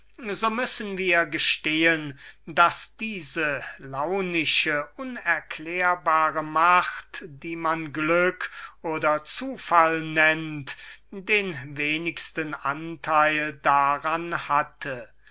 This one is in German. so müssen wir gestehen daß diese launische unerklärbare macht welche man glück oder zufall nennt den wenigsten anteil daran hatte